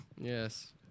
Yes